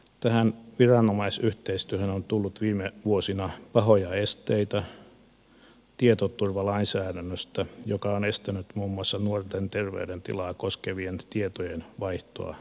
tähän viranomaisyhteistyöhön on tullut viime vuosina pahoja esteitä tietoturvalainsäädännöstä joka on estänyt muun muassa nuorten terveydentilaa koskevien tietojen vaihtoa viranomaisten välillä